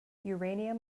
uranium